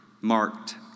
marked